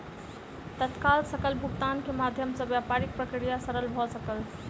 तत्काल सकल भुगतान के माध्यम सॅ व्यापारिक प्रक्रिया सरल भ सकल